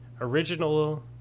original